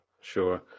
Sure